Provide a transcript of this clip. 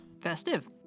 Festive